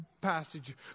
passage